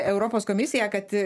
europos komisiją kad